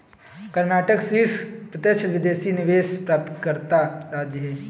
कर्नाटक शीर्ष प्रत्यक्ष विदेशी निवेश प्राप्तकर्ता राज्य है